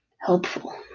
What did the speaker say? helpful